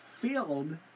filled